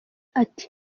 ati